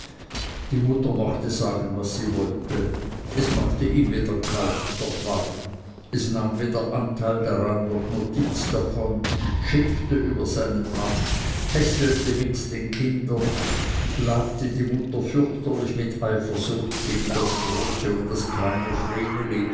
die mutter mochte sagen was sie wollte es machte ihm weder kalt noch warm es nahm weder anteil daran noch notiz davon schimpfte über seinen mann hässelte mit den kindern plagte die mutter fürchterlich mit eifersucht gegen das große und das kleine